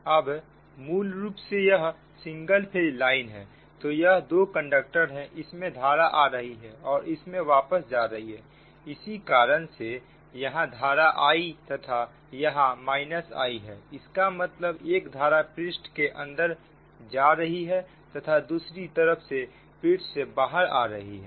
अब मूल रूप से यह सिंगल फेज लाइन है तो यह 2 कंडक्टर है इसमें धारा आ रही है और इसमें वापस जा रही है इसी कारण से यहां धारा I तथा यहां I है इसका मतलब एक धारा पृष्ठ के अंदर जा रही है तथा दूसरी तरफ पृष्ठ से बाहर आ रही है